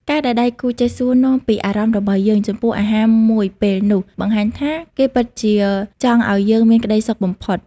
ការដែលដៃគូចេះសួរនាំពីអារម្មណ៍របស់យើងចំពោះអាហារមួយពេលនោះ បង្ហាញថាគេពិតជាចង់ឱ្យយើងមានក្ដីសុខបំផុត។